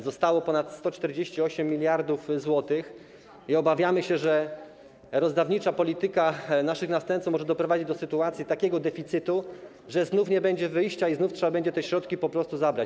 Zostało ponad 148 mld zł i obawiamy się, że rozdawnicza polityka naszych następców może doprowadzić do takiego deficytu, że znów nie będzie wyjścia i znowu trzeba będzie te środki po prostu zabrać.